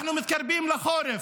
אנחנו מתקרבים לחורף,